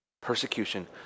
persecution